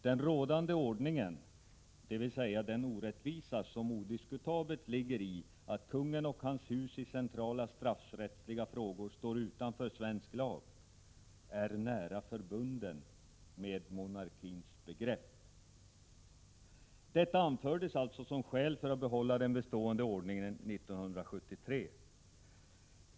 Den rådande ordningen, dvs. den orättvisa som odiskutabelt ligger i att konungen och hans hus i centrala straffrättsliga frågor står utanför svensk lag, är nära förbunden med monarkins begrepp. Detta anfördes alltså som skäl för att behålla den bestående ordningen 1973.